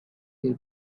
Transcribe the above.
their